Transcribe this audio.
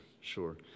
sure